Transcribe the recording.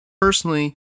personally